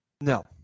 No